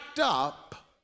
up